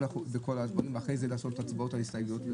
הדברים ואז לעשות הצבעות על הסתייגויות,